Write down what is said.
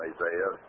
Isaiah